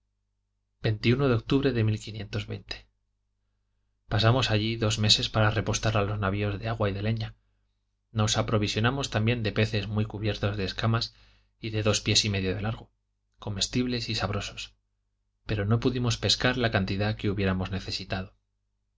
de de octubre de pasamos allí dos meses para repostar a los navios de agua y de leña nos aprovisionamos también de peces muy cubiertos de escamas y de dos pies y medio de largo comestibles y sabrosos pero no pudimos pescar la cantidad que hubiéramos necesitado